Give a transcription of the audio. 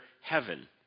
heaven